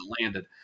landed